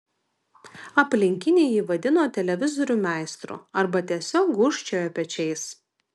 aplinkiniai jį vadino televizorių meistru arba tiesiog gūžčiojo pečiais